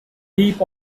heap